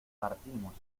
partimos